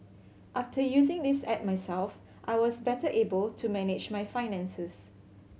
after using this app myself I was better able to manage my finances